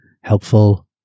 helpful